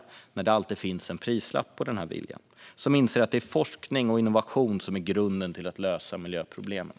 Det finns alltid en prislapp på viljan. Miljöpolitiken måste inse att det är forskning och innovationer som är grunden till att lösa miljöproblemen.